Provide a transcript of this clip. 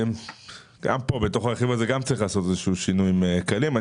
גם בתוך הרכיב הזה צריך לעשות שינויים קלים.